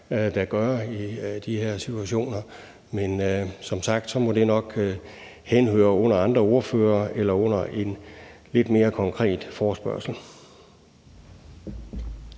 da gøre i de her situationer, men som sagt må det nok henhøre under andre ordførere eller under en lidt mere konkret forespørgsel.